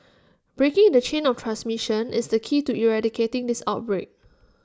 breaking the chain of transmission is the key to eradicating this outbreak